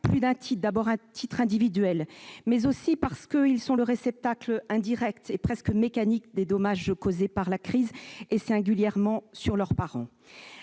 plus d'un titre. Tout d'abord, à titre individuel, ils sont le réceptacle indirect et presque mécanique des dommages causés par la crise, singulièrement sur leurs parents.